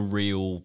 real